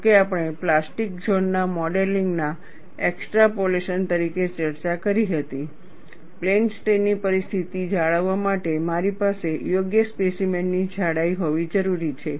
જો કે આપણે પ્લાસ્ટિક ઝોન ના મોડેલિંગ ના એક્સ્ટ્રાપોલેશન તરીકે ચર્ચા કરી હતી પ્લેન સ્ટ્રેઇન ની પરિસ્થિતિ જાળવવા માટે મારી પાસે યોગ્ય સ્પેસીમેન ની જાડાઈ હોવી જરૂરી છે